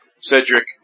Cedric